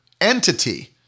entity